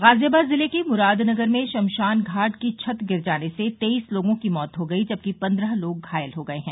गाजियाबाद जिले के मुरादनगर में श्मशान घाट की छत गिर जाने से तेईस लोगों की मौत हो गई जबकि पन्द्रह लोग घायल हो गए हैं